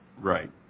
Right